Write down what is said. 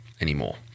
anymore